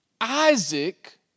Isaac